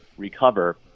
recover